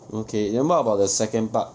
okay then what about the second part